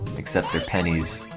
the pennies?